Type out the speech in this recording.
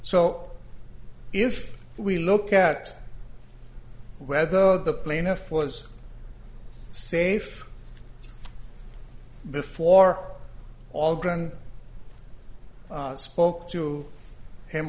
so if we look at whether the plaintiff was safe before all grand spoke to him